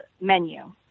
menu